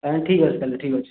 ତା'ହେଲେ ଠିକ୍ ଅଛି ତା'ହେଲେ ଠିକ୍ ଅଛି